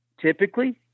typically